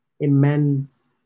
immense